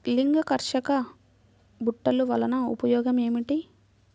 లింగాకర్షక బుట్టలు వలన ఉపయోగం ఏమిటి?